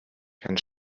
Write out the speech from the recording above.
kann